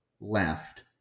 left